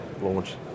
launch